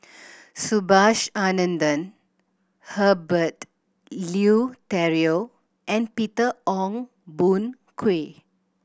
Subhas Anandan Herbert Eleuterio and Peter Ong Boon Kwee